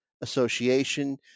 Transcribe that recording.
association